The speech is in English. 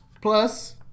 Plus